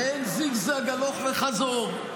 ואין זיגזג הלוך וחזור.